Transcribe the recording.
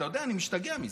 אתה יודע, אני משתגע מזה.